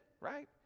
right